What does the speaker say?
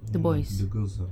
no the girls ah